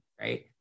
right